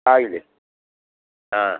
ಆಗಲಿ ಹಾಂ